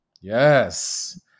Yes